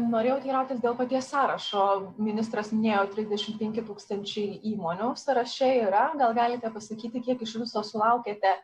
norėjau teirautis dėl paties sąrašo ministras minėjo trisdešimt penki tūkstančiai įmonių sąraše yra gal galite pasakyti kiek iš viso sulaukiate